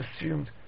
assumed